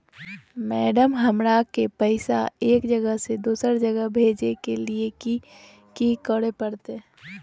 Madam, हमरा के पैसा एक जगह से दुसर जगह भेजे के लिए की की करे परते?